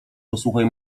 posłuchaj